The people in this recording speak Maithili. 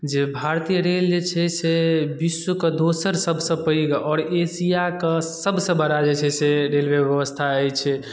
जे भारतीय रेल जे छै से विश्वके दोसर सबसँ पैघ आओर एशियाके सबसँ बड़ा जे छै से रेलवे बेबस्था अछि